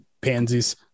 pansies